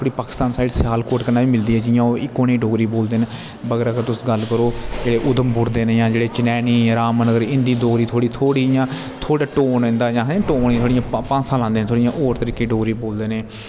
Pakistan side Sialkot कन्नै बी मिलदी ऐ जियां ओह् इक्को नई डोगरी बोलदे न मगर अगर तुस गल्ल करो उदमपुर दे चिनैनी रामबन इंदी डोगरी थोह्ड़ी इ'यां थोह्ड़ी टोन इंदा आखे टोन इ'यां पांसा लांदे थोह्ड़ी इ'यां और तरीके डोगरी बोलदे